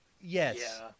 yes